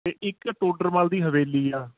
ਅਤੇ ਇੱਕ ਟੋਡਰਮੱਲ ਦੀ ਹਵੇਲੀ ਆ